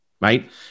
Right